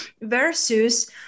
versus